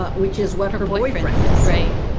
but which is what her boyfriend said, right.